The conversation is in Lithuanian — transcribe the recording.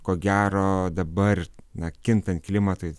ko gero dabar na kintant klimatui